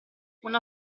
una